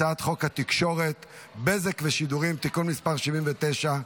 הצעת חוק התקשורת (בזק ושידורים) (תיקון מס' 79),